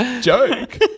joke